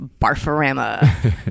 Barfarama